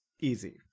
Easy